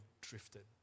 drifted